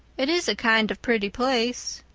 it is a kind of pretty place.